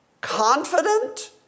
Confident